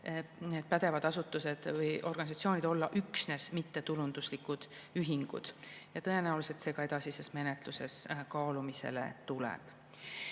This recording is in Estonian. pädevad asutused või organisatsioonid olla üksnes mittetulunduslikud ühingud. Tõenäoliselt see ka edasises menetluses kaalumisele tuleb.